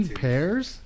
pairs